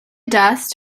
dust